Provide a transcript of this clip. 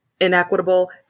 inequitable